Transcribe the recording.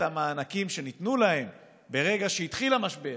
המענקים שניתנו להם ברגע שהתחיל המשבר,